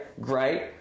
great